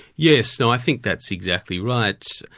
yes. no i think that's exactly right.